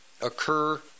occur